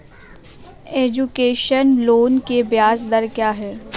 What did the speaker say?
Education loan की ब्याज दर क्या है?